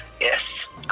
Yes